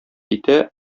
итә